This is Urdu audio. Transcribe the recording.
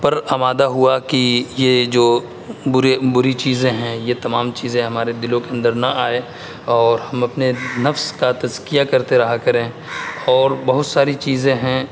پر آمادہ ہوا کہ یہ جو برے بری چیزیں ہیں یہ تمام چیزیں ہمارے دلوں کے اندر نہ آئے اور ہم اپنے نفس کا تزکیہ کرتے رہا کریں اور بہت ساری چیزیں ہیں